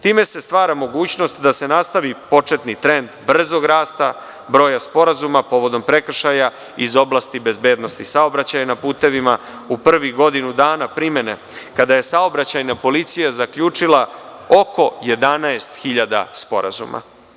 Time se stvara mogućnost da se nastavi početni trend brzog rasta broja sporazuma, povodom prekršaja iz oblasti bezbednosti saobraćaja na putevima, u prvih godinu dana primene, kada je Saobraćajna policija zaključila oko 11.000 sporazuma.